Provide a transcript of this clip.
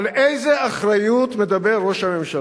על איזו אחריות מדבר ראש הממשלה?